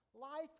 life